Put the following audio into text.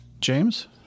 James